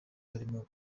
harimo